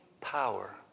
power